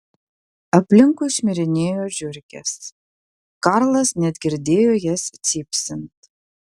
aplinkui šmirinėjo žiurkės karlas net girdėjo jas cypsint